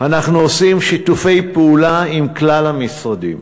אנחנו עושים שיתופי פעולה עם כלל המשרדים.